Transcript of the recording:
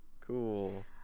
cool